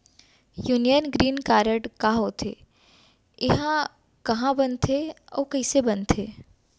Union green card का होथे, एहा कहाँ बनथे अऊ कइसे बनथे?